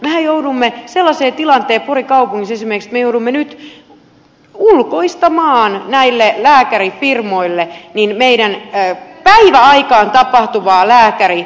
mehän joudumme sellaiseen tilanteeseen esimerkiksi porin kaupungissa että me joudumme nyt ulkoistamaan lääkärifirmoille meidän päiväaikaan tapahtuvaa lääkäritoimintaamme